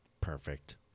perfect